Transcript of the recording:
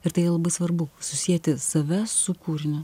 ir tai labai svarbu susieti save su kūriniu